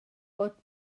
bod